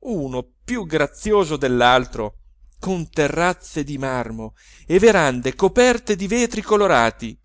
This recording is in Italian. uno più grazioso dell'altro con terrazze di marmo e verande coperte di vetri colorati